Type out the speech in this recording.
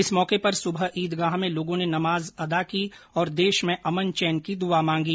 इस मौके पर सुबह ईदगाह में लोगों ने नमाज अदा की और देश में अमन चेन की दुआ मांगी